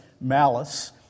malice